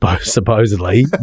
supposedly